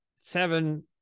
Seven